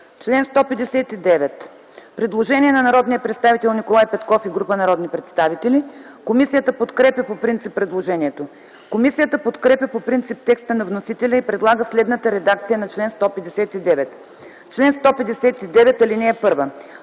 чл. 159 има предложение на народния представител Николай Петков и група народни представители. Комисията подкрепя по принцип предложението. Комисията подкрепя по принцип текста на вносителя и предлага следната редакция на чл. 159: „Чл. 159. (1)